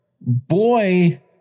Boy